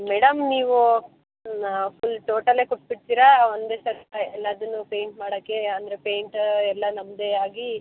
madam ನೀವು full ಟೋಟಲೇ ಕೊಟ್ಬಿಡ್ತೀರಾ ಒಂದೇ ಸಲ ಎಲ್ಲದನ್ನು ಪೇಂಟ್ ಮಾಡೋಕ್ಕೆ ಅಂದರೆ ಪೇಂಟ ಎಲ್ಲ ನಮ್ಮದೇ ಆಗಿ